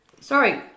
Sorry